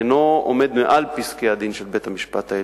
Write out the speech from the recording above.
אינו עומד מעל פסקי-הדין של בית-המשפט העליון.